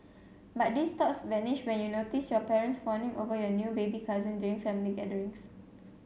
but these thoughts vanished when you notice your parents fawning over your new baby cousin during family gatherings